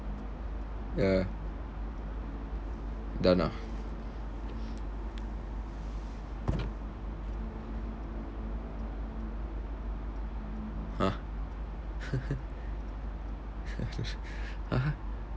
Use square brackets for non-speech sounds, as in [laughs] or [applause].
ya done ah !huh! [laughs] [laughs] !huh!